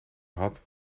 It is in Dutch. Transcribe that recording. had